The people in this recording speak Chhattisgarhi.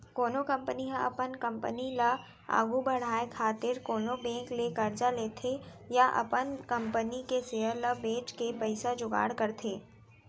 कोनो कंपनी ह अपन कंपनी ल आघु बड़हाय खातिर कोनो बेंक ले करजा लेथे या अपन कंपनी के सेयर ल बेंच के पइसा जुगाड़ करथे